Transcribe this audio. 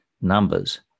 numbers